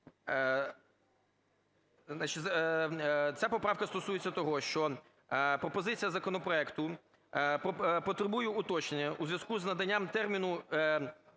ця поправка стосується того, що пропозиція законопроекту потребує уточнення у зв'язку з наданням терміну